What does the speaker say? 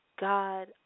God